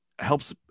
helps